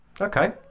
Okay